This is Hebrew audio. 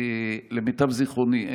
למיטב זיכרוני,